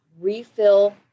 refill